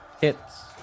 hits